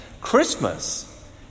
Christmas